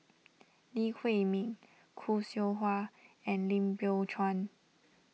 Lee Huei Min Khoo Seow Hwa and Lim Biow Chuan